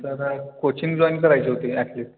जरा coaching join करायची होती ॲथलिट